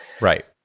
Right